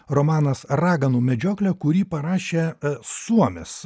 romanas raganų medžioklė kurį parašė suomis